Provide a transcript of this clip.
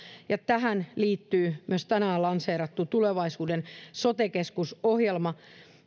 ja tähän liittyy myös tänään lanseerattu tulevaisuuden sote keskus ohjelma